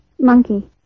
Monkey